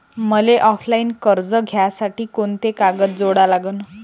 मले ऑफलाईन कर्ज घ्यासाठी कोंते कागद जोडा लागन?